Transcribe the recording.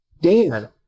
Dan